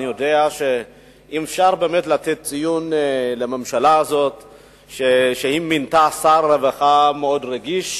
אם אפשר לתת ציון לממשלה הזו שמינתה שר רווחה מאוד רגיש,